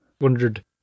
wondered